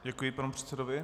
Děkuji panu předsedovi.